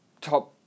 top